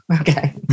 Okay